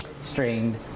strained